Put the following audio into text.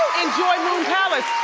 enjoy moon palace.